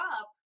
up